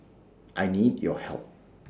I need your help